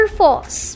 false